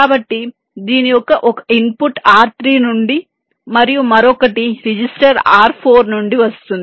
కాబట్టి దీని యొక్క ఒక ఇన్పుట్ R3 నుండి మరియు మరొకటి రిజిస్టర్ R4 నుండి వస్తుంది